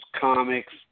comics